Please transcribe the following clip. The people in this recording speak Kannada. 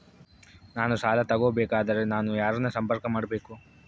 ನಾನು ಸಾಲ ತಗೋಬೇಕಾದರೆ ನಾನು ಯಾರನ್ನು ಸಂಪರ್ಕ ಮಾಡಬೇಕು?